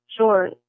Sure